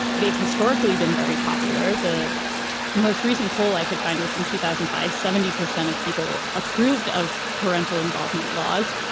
they've historically been very popular. the most recent poll i could find was from two thousand and five, seventy percent of people approved of parental involvement laws.